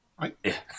Right